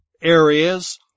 areas